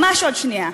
ממש עוד שנייה.